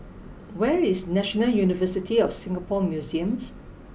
where is National University of Singapore Museums